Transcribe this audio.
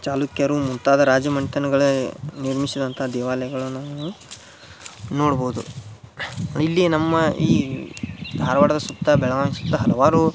ಚಾಲುಕ್ಯರು ಮುಂತಾದ ರಾಜಮನೆತನಗಳೇ ನಿರ್ಮಿಸಿದಂಥ ದೇವಾಲಯಗಳನ್ನ ನಾವು ನೋಡ್ಬೋದು ಇಲ್ಲಿ ನಮ್ಮ ಈ ಧಾರ್ವಾಡದ ಸುತ್ತ ಬೆಳಗಾಮ್ ಸುತ್ತ ಹಲವಾರು